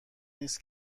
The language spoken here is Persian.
نیست